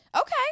Okay